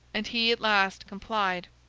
and he at last complied.